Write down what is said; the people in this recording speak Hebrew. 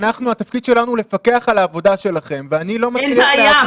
התפקיד שלנו לפקח על העבודה שלכם ואני לא --- אין בעיה,